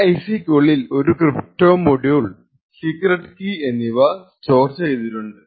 ഈ IC ക്കുള്ളിൽ ഒരു ക്രിപ്റ്റോ മൊഡ്യൂൾ സീക്രെട്ട് കീ എന്നിവ സ്റ്റോർ ചെയ്തിട്ടുണ്ട്